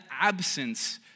absence